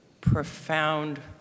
profound